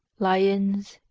lions,